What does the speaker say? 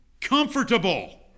comfortable